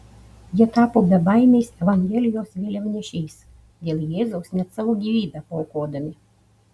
jie tapo bebaimiais evangelijos vėliavnešiais dėl jėzaus net savo gyvybę paaukodami